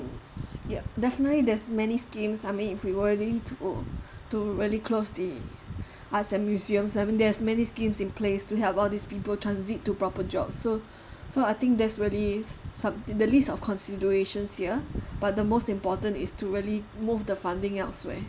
ya definitely there's many schemes I mean if you really to to really close the arts and museums there has many schemes in place to help all these people transit to proper jobs so so I think that's where these sub~ the list of considerations here but the most important is to really move the funding elsewhere